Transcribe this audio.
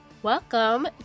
Welcome